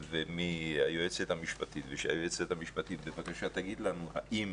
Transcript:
ומהיועצת המשפטית ושהיועצת המשפטית בבקשה תגיד לנו האם